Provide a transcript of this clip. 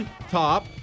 top